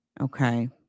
Okay